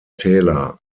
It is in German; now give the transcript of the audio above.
täler